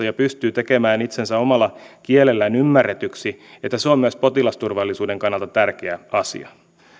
ja pystyy tekemään itsensä omalla kielellään ymmärretyksi ovat potilasturvallisuuden kannalta tärkeä asia